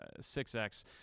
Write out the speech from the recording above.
6X